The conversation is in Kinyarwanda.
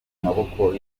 maboko